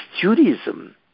Judaism